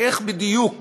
איך בדיוק